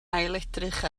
ailedrych